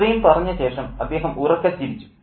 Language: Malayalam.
ഇത്രയും പറഞ്ഞ ശേഷം അദ്ദേഹം ഉറക്കെ ചിരിച്ചു